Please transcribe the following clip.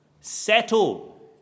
Settle